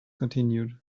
continued